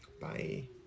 bye